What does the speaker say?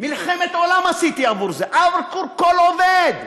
מלחמת עולם עשיתי עבור זה, עבור כל עובד.